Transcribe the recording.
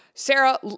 Sarah